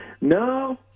No